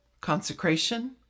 consecration